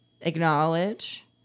acknowledge